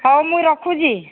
ହଉ ମୁଇଁ ରଖୁଛି